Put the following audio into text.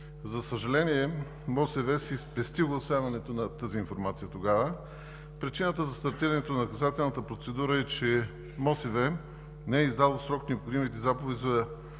За съжаление, МОСВ си е спестило огласяването на тази информация тогава. Причината за стартирането на наказателната процедура е, че МОСВ не е издало в срок необходимите заповеди за